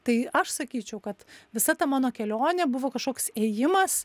tai aš sakyčiau kad visa ta mano kelionė buvo kažkoks ėjimas